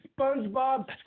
SpongeBob